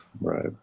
right